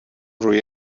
روی